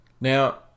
Now